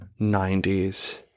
90s